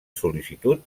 sol·licitud